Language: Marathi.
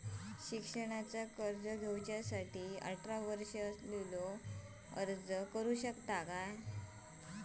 शिक्षणाचा कर्ज घेणारो अठरा वर्ष असलेलो अर्ज करू शकता काय?